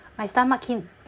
my stomach keep